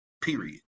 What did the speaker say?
period